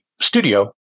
studio